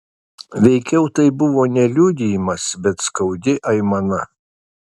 veikiau tai buvo ne liudijimas bet skaudi aimana